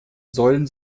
sollen